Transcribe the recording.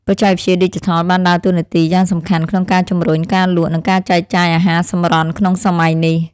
បច្ចេកវិទ្យាឌីជីថលបានដើរតួនាទីយ៉ាងសំខាន់ក្នុងការជំរុញការលក់និងការចែកចាយអាហារសម្រន់ក្នុងសម័យនេះ។